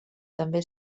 també